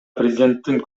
президенттин